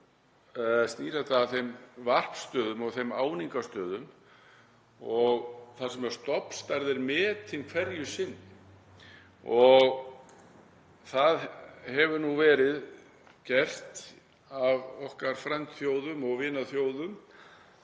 þetta að þeim varpstöðvum og þeim áningarstöðum og þar sem stofnstærð er metin hverju sinni. Það hefur nú verið gert af okkar frændþjóðum og vinaþjóðum